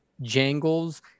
jangles